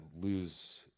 lose